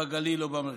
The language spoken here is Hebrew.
בגליל או במרכז.